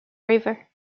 river